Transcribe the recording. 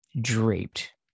draped